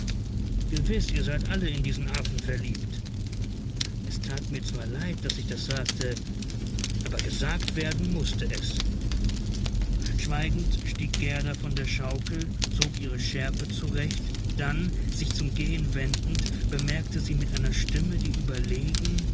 gewiß ihr seid alle in diesen affen verliebt es tat mir zwar leid daß ich das sagte aber gesagt werden mußte es schweigend stieg gerda von der schaukel zog ihre schärpe zurecht dann sich zum gehen wendend bemerkte sie mit einer stimme die überlegen